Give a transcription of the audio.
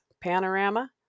Panorama